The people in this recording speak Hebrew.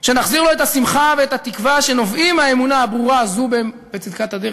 שנחזיר לו את השמחה ואת התקווה שנובעים מהאמונה הברורה הזו בצדקת הדרך.